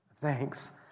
Thanks